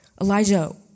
Elijah